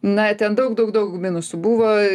na ten daug daug daug minusų buvo